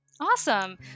Awesome